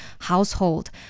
household